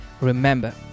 remember